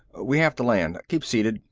we have to land. keep seated.